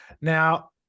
Now